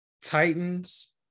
Titans